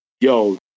yo